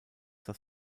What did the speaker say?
das